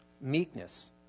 meekness